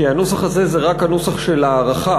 כי הנוסח הזה זה רק הנוסח של ההארכה.